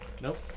nope